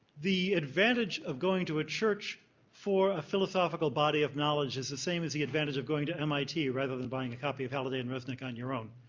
the advantage of going to a church for a philosophical body of knowledge is the same as the advantage of going to mit rather than buying a copy of halliday and resnick on your own,